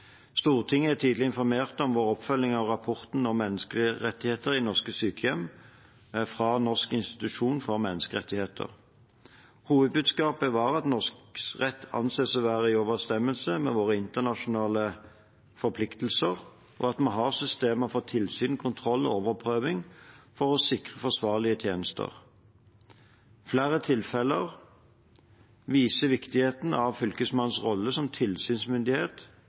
Stortinget er tidligere informert om vår oppfølging av rapporten fra Norges institusjon for menneskerettigheter om menneskerettigheter i norske sykehjem. Hovedbudskapet var at norsk rett anses å være i overensstemmelse med våre internasjonale forpliktelser, og at vi har systemer for tilsyn, kontroll og overprøving for å sikre forsvarlige tjenester. Flere tilfeller viser viktigheten av Fylkesmannens rolle som tilsynsmyndighet